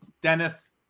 Dennis